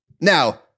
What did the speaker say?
now